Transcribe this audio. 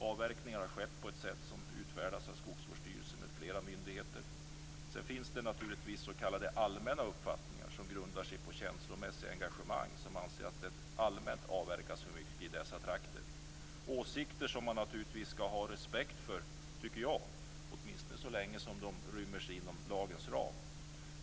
Avverkningarna har skett på ett sätt som följt de regler som utfärdats av Skogsvårdsstyrelsen och flera andra myndigheter. Det finns naturligtvis s.k. allmänna uppfattningar, som grundar sig på känslomässigt engagemang. Man anser att det allmänt avverkas för mycket i dessa trakter. Det är åsikter som vi naturligtvis skall ha respekt för, tycker jag, åtminstone så länge de ryms inom lagens ram.